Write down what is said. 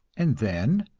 and then,